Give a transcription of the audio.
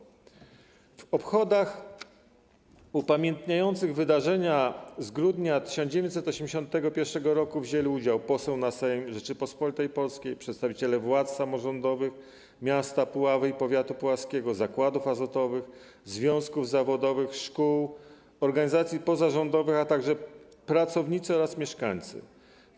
W obchodach upamiętniających wydarzenia z grudnia 1981 r. wzięli udział poseł na Sejm Rzeczypospolitej Polskiej, przedstawiciele władz samorządowych miasta Puławy i powiatu puławskiego, zakładów azotowych, związków zawodowych, szkół, organizacji pozarządowych, a także pracownicy zakładów oraz mieszkańcy Puław.